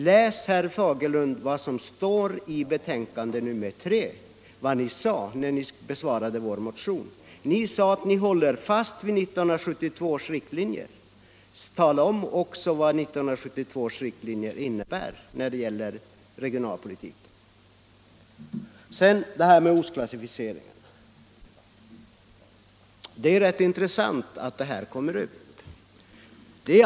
Läs, herr Fagerlund, vad ni sade i inrikesutskottets betänkande nr 3 i samband med att ni besvarade en centermotion: ” Vi står fast vid 1972 års riktlinjer.” Tala då också om vad 1972 års riktlinjer Så några ord om detta med ortsklassificering. Det är rätt intressant att den frågan kommer upp.